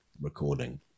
recording